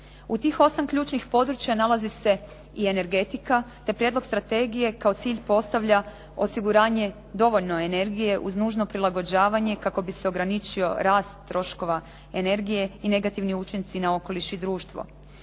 U tim osam ključnih područja nalazi se i energetika te Prijedlog strategije kao cilj postavlja osiguranje dovoljno energije uz nužno prilagođavanje kako bi se ograničio rast troškova energije i negativni učinci na okoliš i društvo.